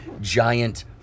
giant